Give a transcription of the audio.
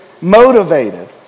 motivated